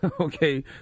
Okay